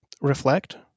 reflect